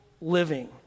living